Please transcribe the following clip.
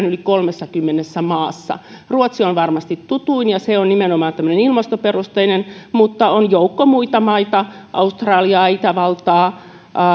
yli kolmessakymmenessä maassa ruotsi on varmasti tutuin ja se on nimenomaan tällainen ilmastoperusteinen mutta on joukko muita maita kuten australia itävalta